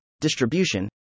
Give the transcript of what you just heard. distribution